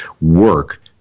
work